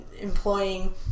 employing